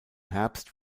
herbst